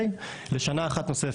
לשנה אחת נוספת.